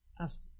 ask